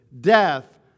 death